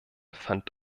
fand